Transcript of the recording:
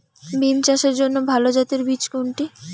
বিম চাষের জন্য ভালো জাতের বীজ কোনটি?